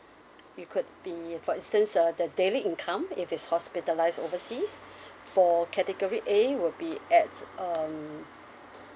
you could be for instance uh the daily income if is hospitalized overseas for category A would be at um